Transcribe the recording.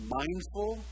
mindful